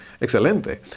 excelente